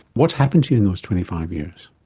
what's happened to you in those twenty five years?